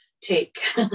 take